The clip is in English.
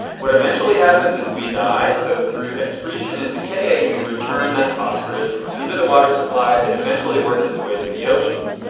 what eventually happens is we die. so through excretion and decay we return that phosphorus into the water supply. it eventually works its way to the ocean.